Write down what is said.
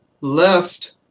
left